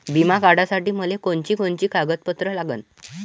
बिमा काढासाठी मले कोनची कोनची कागदपत्र लागन?